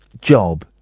job